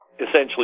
essentially